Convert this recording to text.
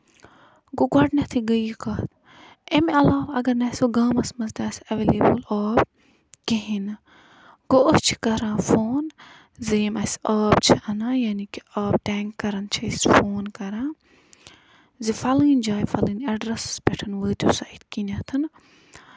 گوٚو گۄڈٕنیتھٕے گٔے یہِ کَتھ اَمہِ علاوٕ اَگر نہٕ اسہِ سۄ گامَس منٛز تہِ آسہِ ایویلیبٕل آب کِہیٖںۍ نہٕ گوٚو أسۍ چھِ کران فون زِ اَسہِ یِم آب چھِ اَنان یعنے کہِ آب ٹینکَر چھِ أسۍ فون کران زِ فَلٲنۍ جاے فَلٲنۍ ایڈرَسس پٮ۪ٹھ وٲتِو سا یِتھ کٔنیتھ